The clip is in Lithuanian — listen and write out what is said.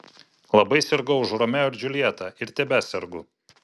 labai sirgau už romeo ir džiuljetą ir tebesergu